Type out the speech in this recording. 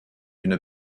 une